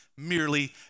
merely